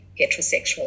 heterosexual